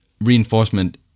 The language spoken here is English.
reinforcement